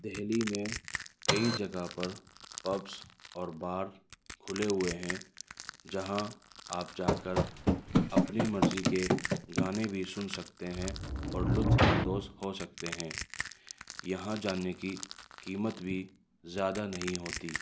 دہلی میں کئی جگہ پر پبس اور بار کھلے ہوئے ہیں جہاں آپ جا کر اپنی مرضی کے گانے بھی سن سکتے ہیں اور لطف اندوز ہو سکتے ہیں یہاں جاننے کی قیمت بھی زیادہ نہیں ہوتی